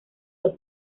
los